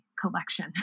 collection